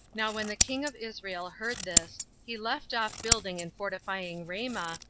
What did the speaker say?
now when the king of israel heard this, he left off building and fortifying ramah,